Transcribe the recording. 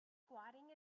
squatting